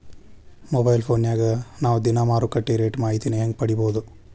Mobile ಫೋನ್ಯಾಗ ನಾವ್ ದಿನಾ ಮಾರುಕಟ್ಟೆ ರೇಟ್ ಮಾಹಿತಿನ ಹೆಂಗ್ ಪಡಿಬೋದು?